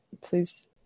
please